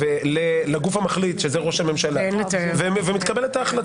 לגוף המחליט שזה ראש הממשלה ומתקבלת ההחלטה.